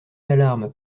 alarmes